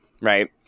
Right